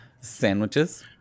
sandwiches